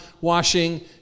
washing